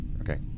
Okay